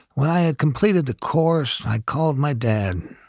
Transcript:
when i had completed the course, i called my dad.